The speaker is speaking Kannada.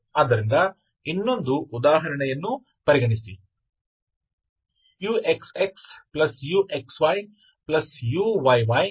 ಆದ್ದರಿಂದ ಇನ್ನೊಂದು ಉದಾಹರಣೆಯನ್ನು ಪರಿಗಣಿಸಿ